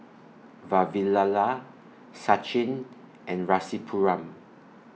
Vavilala Sachin and Rasipuram